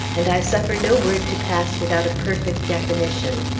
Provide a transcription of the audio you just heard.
and i suffer no word to pass without a perfect definition.